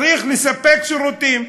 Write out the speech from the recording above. צריך לספק שירותים.